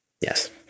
Yes